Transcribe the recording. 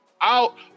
out